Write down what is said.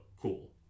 cool